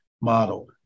model